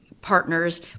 partners